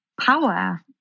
power